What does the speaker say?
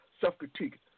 self-critique